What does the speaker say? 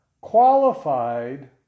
qualified